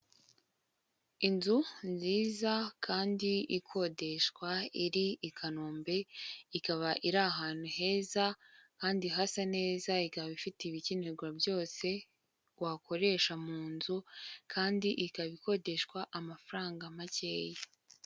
Inzu nziza kandi ikodeshwa iri i Kanombe ikaba iri ahantu heza kandi hasa neza ikaba ifite ibikenerwa byose wakoresha mu nzu kandi ikaba ikodeshwa amafaranga makeya.